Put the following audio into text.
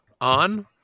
on